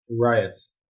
Riots